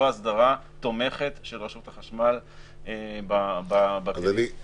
הסדרה תומכת של רשות החשמל בכלים שיש היום.